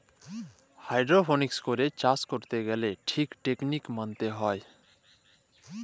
hydroponics করে চাষ ক্যরতে গ্যালে ঠিক টেকলিক মলতে হ্যয়